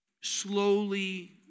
slowly